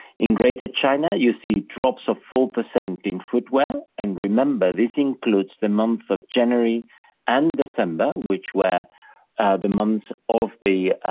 in greater china, you see drops of four percent in footwear and remember this includes the month of january and december, which were the months of the